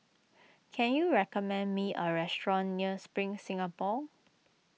can you recommend me a restaurant near Spring Singapore